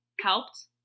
helped